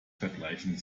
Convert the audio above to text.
vergleichen